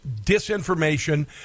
disinformation